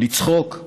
לצחוק?